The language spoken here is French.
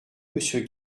monsieur